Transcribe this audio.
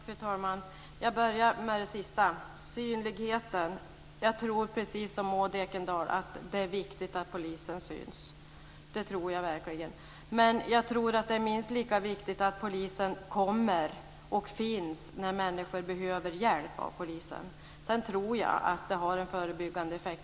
Fru talman! Jag börjar med det sista, synligheten. Jag tror precis som Maud Ekendahl att det är viktigt att polisen syns. Det tror jag verkligen. Det är minst lika viktigt att polisen kommer och finns när människor behöver hjälp av polisen. Synligheten har en förebyggande effekt.